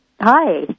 hi